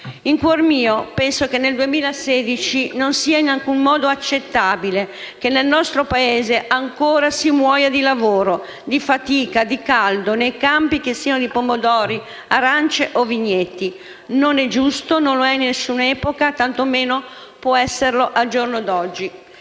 In cuor mio penso che nel 2016 non sia in alcun modo accettabile che nel nostro Paese ancora si muoia di lavoro, di fatica, di caldo nei campi, che siano di pomodori, arance o vigneti. Non è giusto, non lo è in nessuna epoca, tantomeno può esserlo al giorno d'oggi.